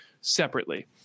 separately